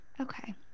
Okay